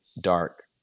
dark